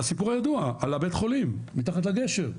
זה הסיפור הידוע על הבית חולים מתחת לגשר.